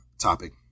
topic